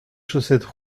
chaussettes